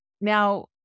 now